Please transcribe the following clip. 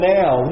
now